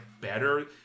better